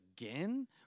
again